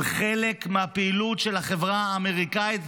עם חלק מהפעילות של החברה האמריקאית.